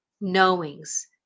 knowings